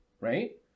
Right